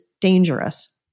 dangerous